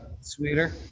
sweeter